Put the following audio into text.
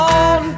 on